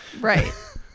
Right